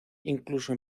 incluso